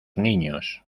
niños